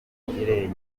irengeje